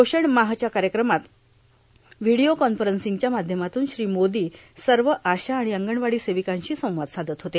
पोषण माहच्या कार्यक्रमात व्हिडिओ कॉन्फरव्सिंगच्या माध्यमातून श्री मोदी सर्व आशा आणि अंगणवाडी सेविकांशी संवाद साधत होते